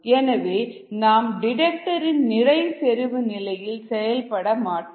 எனவே நாம் டிடெக்டர் இன் நிறை செறிவு நிலையில் செயல்பட மாட்டோம்